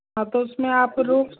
हाँ तो उसमें आप रूफ़